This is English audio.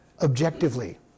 objectively